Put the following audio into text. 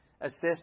assist